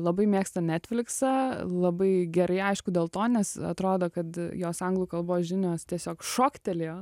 labai mėgsta netfliksą labai gerai aišku dėl to nes atrodo kad jos anglų kalbos žinios tiesiog šoktelėjo